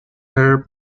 her